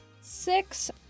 Six